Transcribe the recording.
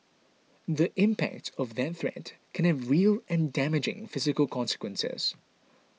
the impact of that threat can have real and damaging physical consequences